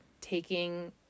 taking